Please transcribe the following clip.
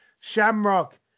Shamrock